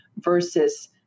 versus